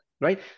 right